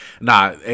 Nah